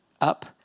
up